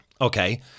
Okay